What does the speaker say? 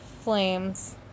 flames